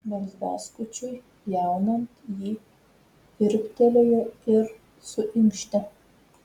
barzdaskučiui pjaunant ji virptelėjo ir suinkštė